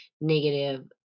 negative